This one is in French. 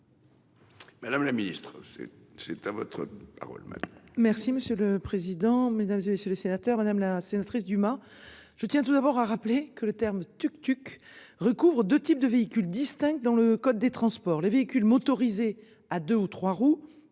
Madame la Ministre c'est c'est à votre parole matin. Merci monsieur le président, Mesdames, et messieurs les sénateurs, madame la sénatrice Dumas. Je tiens tout d'abord à rappeler que le terme tuk-tuk recouvre 2 types de véhicules distinctes dans le code des transports, les véhicules motorisés à deux ou trois roues